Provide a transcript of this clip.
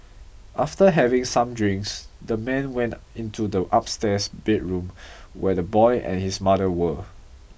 after having some drinks the man went into the upstairs bedroom where the boy and his mother were